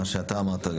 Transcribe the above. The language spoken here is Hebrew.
מה שאתה אמרת,